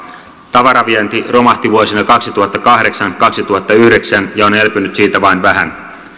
tavaravienti romahti vuosina kaksituhattakahdeksan viiva kaksituhattayhdeksän ja on elpynyt siitä vain vähän